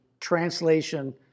translation